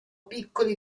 piccoli